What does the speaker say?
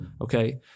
okay